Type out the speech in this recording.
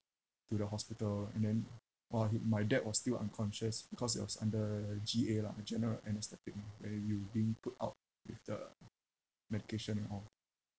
to the hospital and then !wah! my dad was still unconscious because he was under G_A lah general anesthetic ah where you being put out with the medication and all